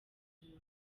inyuma